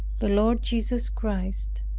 the lord jesus christ.